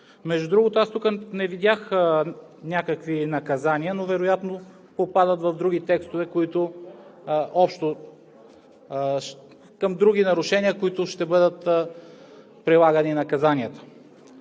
Между другото, аз тук не видях някакви наказания, но вероятно попадат в други текстове, други нарушения, към които ще бъдат прилагани наказанията.